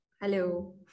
Hello